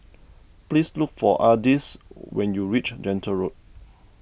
please look for Ardyce when you reach Gentle Road